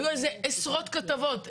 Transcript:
היו איזה עשרות כתבות.